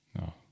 No